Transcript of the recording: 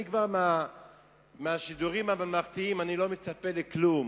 אני מהשידורים הממלכתיים כבר לא מצפה לכלום.